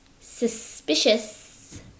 suspicious